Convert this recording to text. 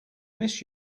miss